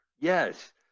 yes